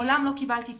מעולם לא קיבלתי תדרוך,